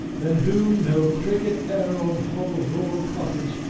than whom no cricket e'er on hob of rural cottage,